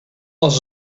als